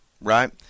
Right